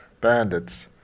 bandits